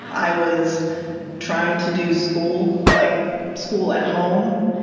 i was trying to do school like school at home.